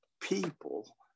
people